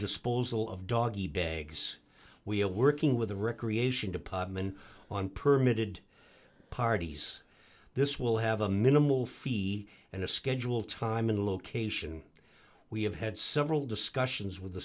disposal of doggy bags we'll working with the recreation department on permitted parties this will have a minimal fee and a schedule time and location we have had several discussions with the